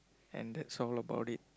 and that's all about it